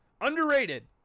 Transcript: Underrated